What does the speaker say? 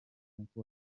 kuko